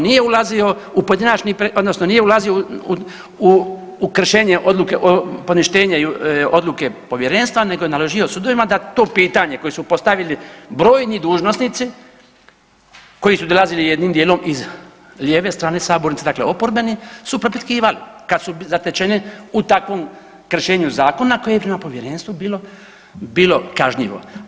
Nije ulazio u pojedinačni, odnosno nije ulazio u kršenje odluke o, poništenje odluke povjerenstva, nego je naložio sudovima da to pitanje koje su postavili brojni dužnosnici, koji su dolazili jednim dijelom iz lijeve strane sabornice, dakle oporbeni su propitkivali kad su zatečeni u takvom kršenju zakona koje je prema povjerenstvu bilo kažnjivo.